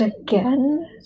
again